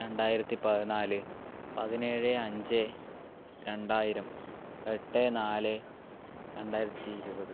രണ്ടായിരത്തി പതിനാല് പതിനേഴ് അഞ്ച് രണ്ടായിരം എട്ട് നാല് രണ്ടായിരത്തി ഇരുപത്